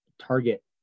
target